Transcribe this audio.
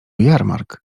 jarmark